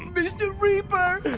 but mr. reaper!